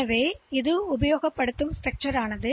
எனவே அவர்கள் படி மேலே இருந்து